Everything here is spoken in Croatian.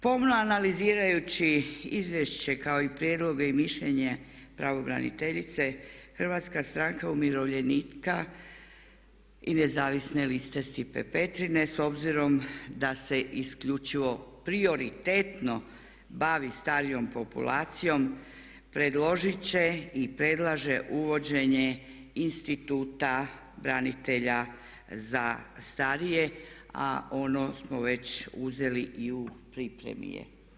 Pomno analizirajući izvješće kao i prijedloge i mišljenje pravobraniteljice Hrvatska stranka umirovljenika i nezavisne liste Stipe Petrine s obzirom da se isključivo prioritetno bavi starijom populacijom predložit će i predlaže uvođenje instituta branitelja za starije a ono smo već uzeli i u pripremi je.